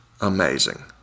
amazing